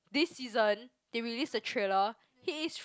this season they release the thriller he is